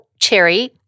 Cherry